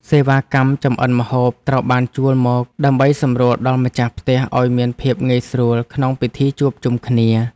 សេវាកម្មចម្អិនម្ហូបត្រូវបានជួលមក ដើម្បីសម្រួលដល់ម្ចាស់ផ្ទះឱ្យមានភាពងាយស្រួលក្នុងពិធីជួបជុំគ្នា។